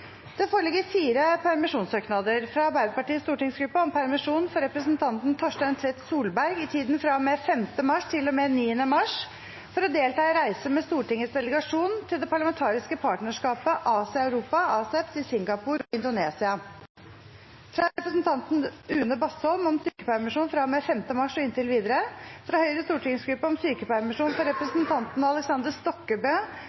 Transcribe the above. Det foreligger fire permisjonssøknader: fra Arbeiderpartiets stortingsgruppe om permisjon for representanten Torstein Tvedt Solberg i tiden fra og med 5. mars til og med 9. mars for å delta på reise med Stortingets delegasjon til det parlamentariske partnerskapet Asia-Europa, ASEP, til Singapore og Indonesia fra representanten Une Bastholm om sykepermisjon fra og med 5. mars og inntil videre fra Høyres stortingsgruppe om sykepermisjon for